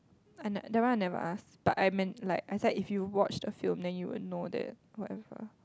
uh no that one I never ask but I men~ like I said if you watch the film then you would know the whatever